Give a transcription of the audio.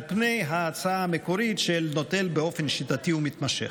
על פני ההצעה המקורית של "נוטל באופן שיטתי ומתמשך".